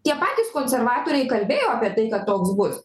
tie patys konservatoriai kalbėjo apie tai kad toks bus